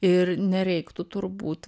ir nereiktų turbūt